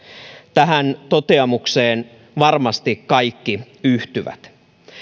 tähän toteamukseen varmasti kaikki yhtyvät